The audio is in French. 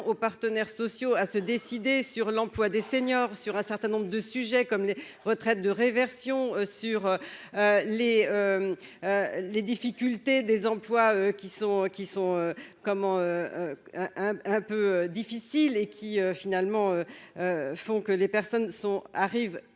aux partenaires sociaux à se décider sur l'emploi des seniors sur un certain nombre de sujets comme les retraites de réversion sur les les difficultés des emplois qui sont, qui sont, comment un un peu difficile et qui finalement font que les personnes sont